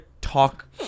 talk